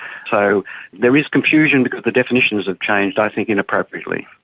so there is confusion because the definitions have changed i think inappropriately.